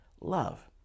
love